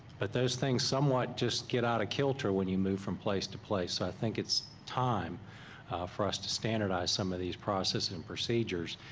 but those things somewhat just get out of kilter when you move from place to place. i think it's time for us to standardize some of these processes and procedures,